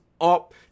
up